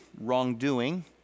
wrongdoing